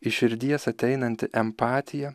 iš širdies ateinanti empatija